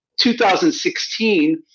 2016